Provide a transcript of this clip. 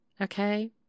okay